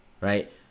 Right